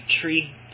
tree